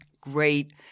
great